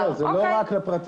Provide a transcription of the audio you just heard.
לא, לא, זה לא רק לפרטיות.